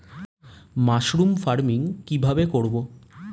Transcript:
Mushroom farming কি ভাবে করব?